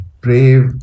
brave